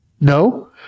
No